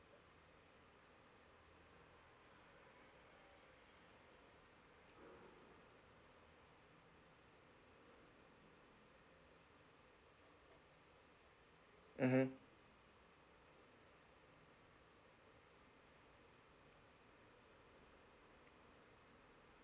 mmhmm